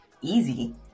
easy